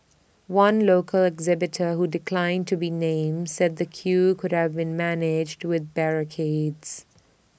one local exhibitor who declined to be named said the queue could have be managed with barricades